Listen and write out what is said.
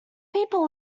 people